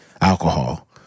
alcohol